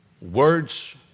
words